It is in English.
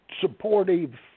supportive